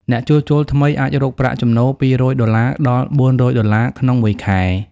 អ្នកជួសជុលថ្មីអាចរកប្រាក់ចំណូល២០០ ដុល្លារដល់ ៤០០ ដុល្លារ ក្នុងមួយខែ។